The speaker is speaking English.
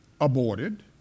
aborted